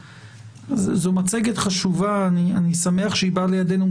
זו מצגת חשובה, אני שמח שהיא באה לידינו.